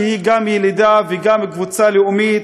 שהיא גם אוכלוסייה ילידית וגם קבוצה לאומית,